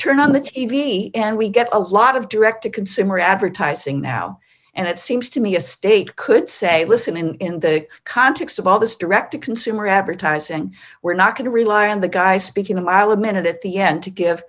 turn on the t v and we get a lot of direct to consumer advertising now and it seems to me a state could say listen in the context of all this direct to consumer advertising we're not going to rely on the guy speaking a mile a minute at the end to give